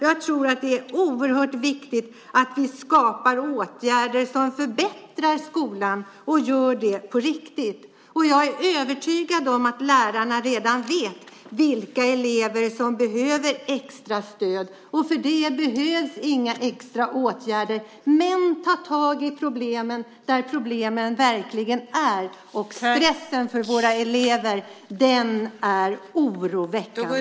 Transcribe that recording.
Jag tror att det är oerhört viktigt att vi skapar åtgärder som gör att skolan förbättras - att det görs på riktigt. Jag är övertygad om att lärarna redan vet vilka elever som behöver extra stöd, så för det behövs det inga extra åtgärder. Men ta tag i problemen där problemen verkligen finns! Stressen hos våra elever är oroväckande.